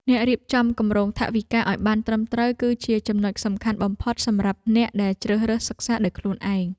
ការរៀបចំគម្រោងថវិកាឱ្យបានត្រឹមត្រូវគឺជាចំណុចសំខាន់បំផុតសម្រាប់អ្នកដែលជ្រើសរើសសិក្សាដោយខ្លួនឯង។